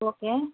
okay